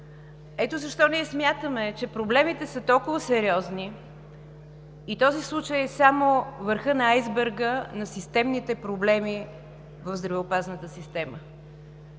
Ето защо ние смятаме, че проблемите са толкова сериозни и този случай е само върхът на айсберга на системните проблеми в здравеопазната система.